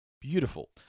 beautiful